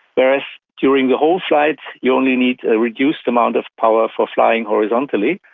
whereas during the whole flight you only need a reduced amount of power for flying horizontally,